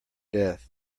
death